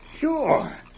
Sure